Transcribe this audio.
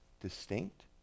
distinct